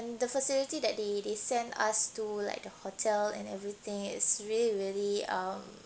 the facility that they they send us to like the hotel and everything is really really um